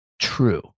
true